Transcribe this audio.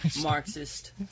Marxist